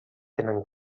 tenen